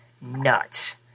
nuts